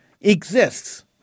exists